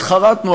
התחרטנו,